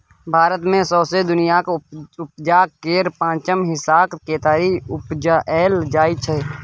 भारत मे सौंसे दुनियाँक उपजाक केर पाँचम हिस्साक केतारी उपजाएल जाइ छै